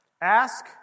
Ask